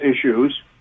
issues